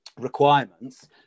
requirements